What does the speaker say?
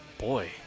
Boy